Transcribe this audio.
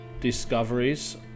Discoveries